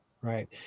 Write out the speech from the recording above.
right